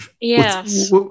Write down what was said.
Yes